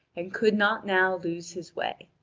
and could not now lose his way.